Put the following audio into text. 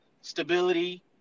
stability